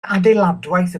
adeiladwaith